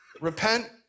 Repent